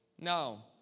No